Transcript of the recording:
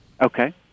Okay